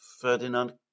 Ferdinand